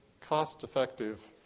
cost-effective